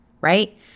right